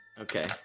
Okay